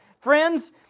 Friends